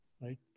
right